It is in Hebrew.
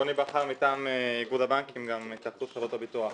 אני מטעם איגוד הבנקים והתאחדות חברות הביטוח.